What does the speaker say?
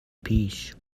پیش